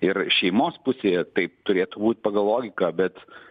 ir šeimos pusėje taip turėtų būt pagal logiką bet